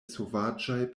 sovaĝaj